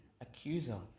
accuser